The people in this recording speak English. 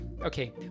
okay